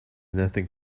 nothing